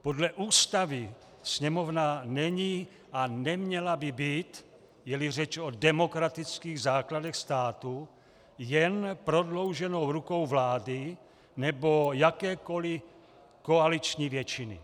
Podle Ústavy Sněmovna není a neměla by být, jeli řeč o demokratických základech státu, jen prodlouženou rukou vlády nebo jakékoli koaliční většiny.